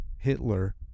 Hitler